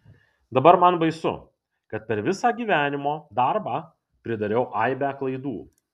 dabar man baisu kad per visą gyvenimo darbą pridariau aibę klaidų